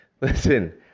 Listen